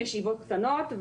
ישיבות קטנות,